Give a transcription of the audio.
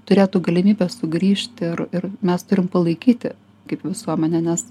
turėtų galimybę sugrįžti ir ir mes turim palaikyti kaip visuomenė nes